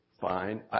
fine